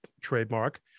trademark